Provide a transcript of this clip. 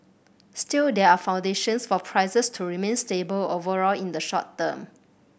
still there are foundations for prices to remain stable overall in the short term